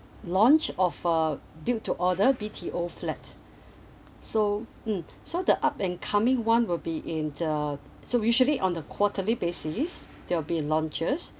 launch of uh build to order B_T_O flat so mm so the up and coming one will be in uh so usually on the quarterly basis there'll be launches